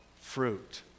fruit